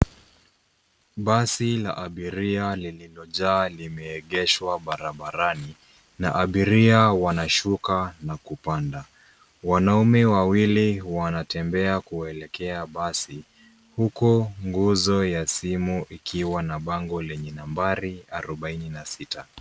Basi la abiria lililojaa limeegeshwa barabarani na abiria wanashuka na kupanda .Wanaume wawili wanatembea kuelekea basi ,huko nguzo ya simu ikiwa na bango lenye nambari arobaini na sita.